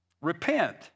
Repent